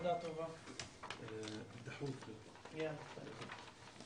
ננעלה בשעה 11:00.